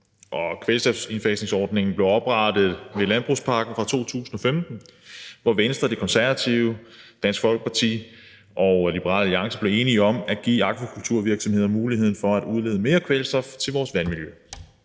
Kvælstofindfasningsordningen blev oprettet med landbrugspakken fra 2015, hvor Venstre, De Konservative, Dansk Folkeparti og Liberal Alliance blev enige om at give akvakulturvirksomheder muligheden for at udlede mere kvælstof til vores vandmiljø.